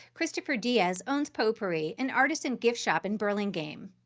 christopher diez owns pot pourri, an artist and gift shop in burlingame.